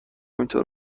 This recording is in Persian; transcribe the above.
اینطور